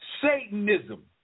Satanism